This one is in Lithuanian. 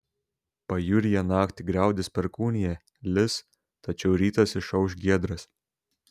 pajūryje naktį griaudės perkūnija lis tačiau rytas išauš giedras